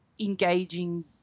engaging